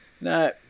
No